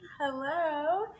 Hello